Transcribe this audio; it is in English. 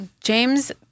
James